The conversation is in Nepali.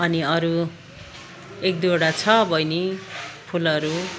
अनि अरू एक दुईवटा छ बहिनी फुलहरू